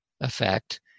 effect